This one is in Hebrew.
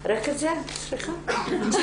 רק את זה את צריכה -- תשמעי,